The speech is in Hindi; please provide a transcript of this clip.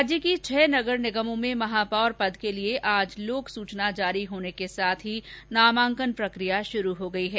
राज्य की छह नगर निगमों में महापौर पद के लिये आज लोकसूचना जारी होने के साथ नामांकन प्रकिया शुरू हो गई है